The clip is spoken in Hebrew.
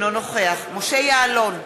אינו נוכח משה יעלון,